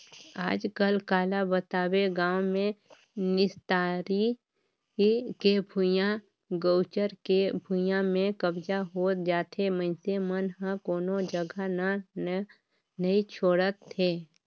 आजकल काला बताबे गाँव मे निस्तारी के भुइयां, गउचर के भुइयां में कब्जा होत जाथे मइनसे मन ह कोनो जघा न नइ छोड़त हे